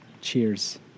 Cheers